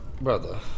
brother